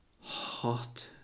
hot